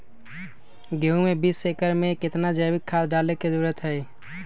गेंहू में बीस एकर में कितना जैविक खाद डाले के जरूरत है?